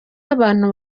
abantu